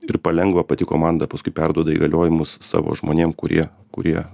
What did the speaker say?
ir palengva pati komanda paskui perduoda įgaliojimus savo žmonėm kurie kurie